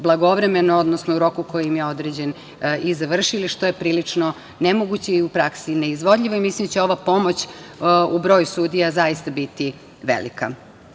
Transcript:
blagovremeno, odnosno u roku koji im je određen i završili, što je prilično nemoguće i u praksi neizvodljivo. Mislim da će ova pomoć u broju sudija zaista biti velika. Kada